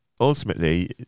ultimately